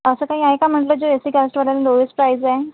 असं काही आहे का म्हणलं जे एस सी कास्टवाल्यांना लोयेस्ट प्राईज आहे